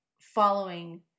following